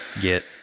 get